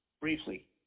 briefly